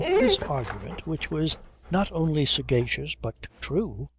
this argument which was not only sagacious but true,